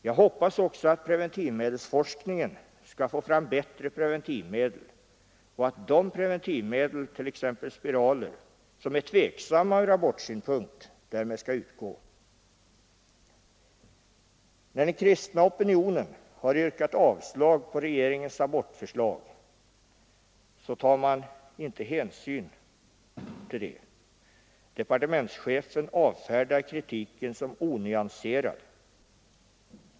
Jag hoppas också att preventivmedelsforskningen skall få fram bättre preventivmedel och att de preventivmedel, t.ex. spiralen, som är tveksamma från abortsynpunkt därmed skall utgå. En enig kristen opinion har yrkat avslag på regeringens abortförslag, men hänsyn härtill har inte tagits. Departementschefen avfärdar kritiken som onyanserad.